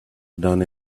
done